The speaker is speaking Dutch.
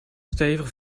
stevig